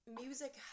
music